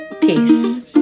Peace